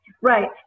Right